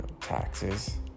taxes